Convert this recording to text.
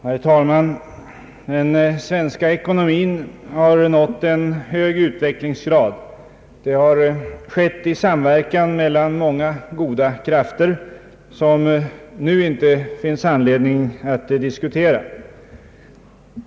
Herr talman! Den svenska ekonomin har nått en hög utvecklingsgrad. Det har skett i samverkan mellan många goda krafter, som det nu inte finns anledning att diskutera.